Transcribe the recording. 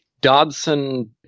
Dodson